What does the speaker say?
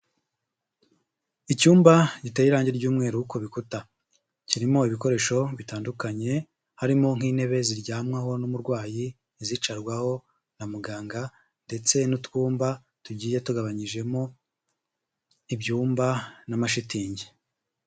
Icyumba giteye irangi ry'umweru ku bikuta, kirimo ibikoresho bitandukanye, harimo nk'intebe ziryamwaho n'umurwayi n'izicarwaho na muganga ndetse n'utwumba tugiye tugabanyijemo ibyumba, n'amashitingi.